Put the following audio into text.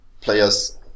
players